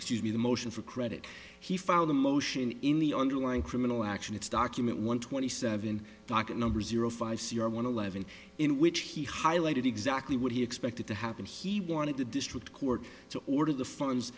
excuse me the motion for credit he filed a motion in the underlying criminal action it's document one twenty seven docket number zero five c i want to live in in which he highlighted exactly what he expected to happen he wanted the district court to order the funds